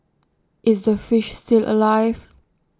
is the fish still alive